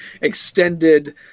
extended